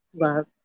love